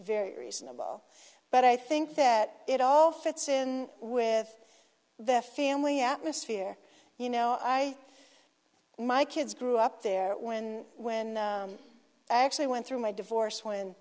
very reasonable but i think that it all fits in with the family atmosphere you know i my kids grew up there when when i actually went through my divorce when